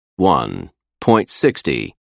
1.60